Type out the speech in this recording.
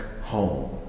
home